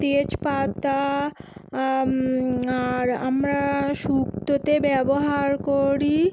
তেজপাতা আর আমরা শুক্তোতে ব্যবহার করি